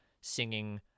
singing